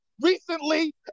recently